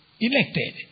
elected